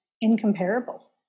incomparable